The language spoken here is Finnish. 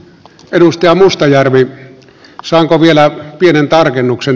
edustaja mustajärvi saanko vielä pienen tarkennuksen